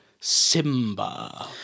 Simba